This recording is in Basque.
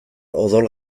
odol